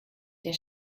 der